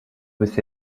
with